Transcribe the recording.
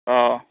অঁ